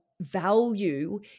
value